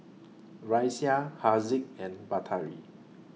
Raisya Haziq and Batari